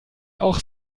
auch